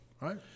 right